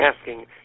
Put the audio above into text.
asking